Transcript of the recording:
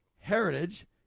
heritage